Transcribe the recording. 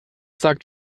sagt